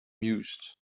mused